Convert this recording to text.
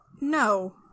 No